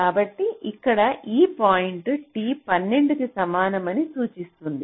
కాబట్టి ఇక్కడ ఈ పాయింట్ t 12 కి సమానమని సూచిస్తుంది